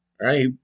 right